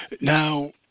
Now